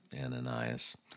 Ananias